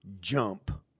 jump